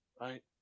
right